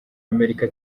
amerika